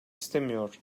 istemiyor